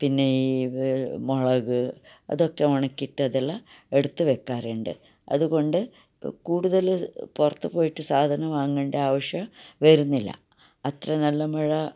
പിന്നെ മുളക് അതൊക്കെ ഉണക്കിയിട്ടെല്ലാം എടുത്ത് വെക്കാറുണ്ട് അതുകൊണ്ട് കൂടുതൽ പുറത്ത് പോയിട്ട് സാധനം വാങ്ങണ്ട ആവശ്യം വരുന്നില്ല അത്ര നല്ല മഴ